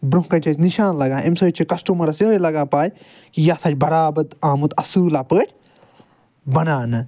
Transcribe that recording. برٛونٛہہ کَنہِ چھُ اسہِ نِشان لَگان اَمہِ سۭتۍ چھُ کَسٹَمَرَس یہٲے لگان پاے کہِ یہِ ہسا چھُ برابَر آمُت اصٕل پٲٹھۍ بَناونہٕ